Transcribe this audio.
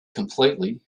completely